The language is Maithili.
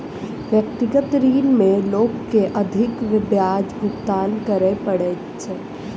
व्यक्तिगत ऋण में लोक के अधिक ब्याज भुगतान करय पड़ैत छै